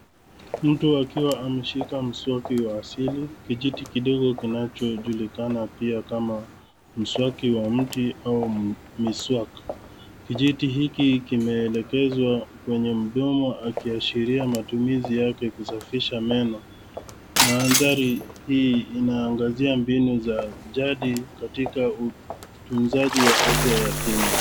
Mtu akiwa ameshika mswaki wa asili; kijiti kidogo kinachojulikana pia kama mswaki wa mti au miswaki. Kijiti hiki kimeelekezwa kwenye mdomo, akiashiria matumizi yake kusafisha meno. Mandhari hii inaangazia mbinu za jadi katika utunzaji wa afya ya kinywa.